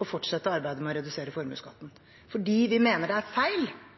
å fortsette arbeidet med å redusere formuesskatten: Vi mener det er feil